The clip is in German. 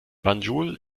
banjul